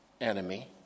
enemy